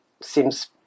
seems